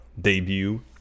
debut